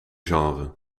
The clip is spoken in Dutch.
genre